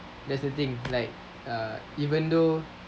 that's the thing like err even though